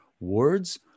words